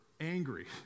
angry